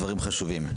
דברים חשובים.